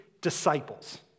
disciples